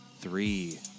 three